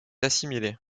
assimilée